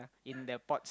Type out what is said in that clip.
in the pots